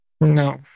No